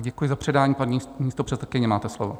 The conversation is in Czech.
Děkuji za předání, paní místopředsedkyně, máte slovo.